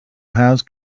has